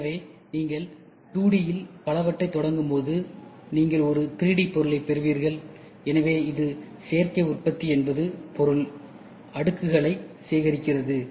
எனவே நீங்கள் 2D யில் பலவற்றைத் தொடங்கும்போது நீங்கள் ஒரு 3D பொருளைப் பெறுவீர்கள் எனவே இது சேர்க்கை உற்பத்தி என்பது பொருள் அடுக்குகளைச் சேர்க்கிறது